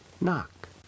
knock